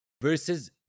versus